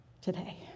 today